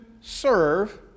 serve